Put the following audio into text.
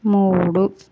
మూడు